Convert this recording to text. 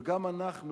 וגם אנחנו